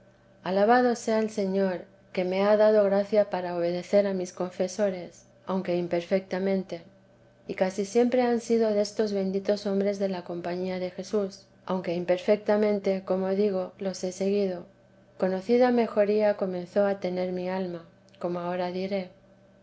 alabado sea el señor que me ha dado gracia para obedecer a mis confesores aunque imperfectamente y casi siempre han sido destos benditos hombres de la compañía de jesús aunque imperfectamente como digo los he seguido conocida mejoría comenzó a tener mi alma como ahora diré